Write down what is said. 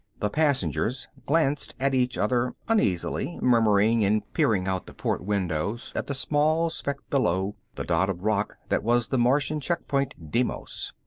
the passengers glanced at each other uneasily, murmuring and peering out the port windows at the small speck below, the dot of rock that was the martian checkpoint, deimos.